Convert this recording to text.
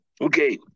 okay